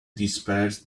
disperse